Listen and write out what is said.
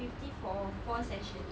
fifty for four sessions